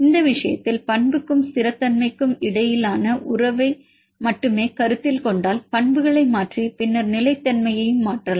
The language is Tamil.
இந்த விஷயத்தில் பண்புக்கும் ஸ்திரத்தன்மைக்கும் இடையிலான உறவை மட்டுமே கருத்தில் கொண்டால் பண்புகளை மாற்றி பின்னர் நிலைத்தன்மையை மாற்றலாம்